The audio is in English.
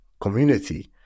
community